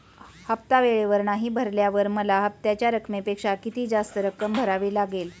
हफ्ता वेळेवर नाही भरल्यावर मला हप्त्याच्या रकमेपेक्षा किती जास्त रक्कम भरावी लागेल?